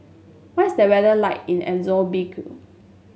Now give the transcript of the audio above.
what is the weather like in Mozambique